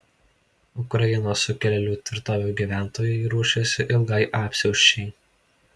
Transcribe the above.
ukrainos sukilėlių tvirtovių gyventojai ruošiasi ilgai apsiausčiai